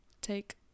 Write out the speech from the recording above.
take